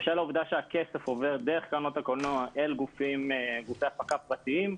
בשל העובדה שהכסף עובר דרך קרנות הקולנוע אל גופי הפקה פרטיים,